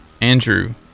Andrew